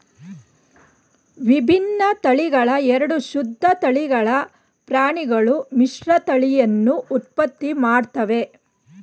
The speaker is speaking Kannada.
ವಿಭಿನ್ನ ತಳಿಗಳ ಎರಡು ಶುದ್ಧ ತಳಿಗಳ ಪ್ರಾಣಿಗಳು ಮಿಶ್ರತಳಿಯನ್ನು ಉತ್ಪತ್ತಿ ಮಾಡ್ತವೆ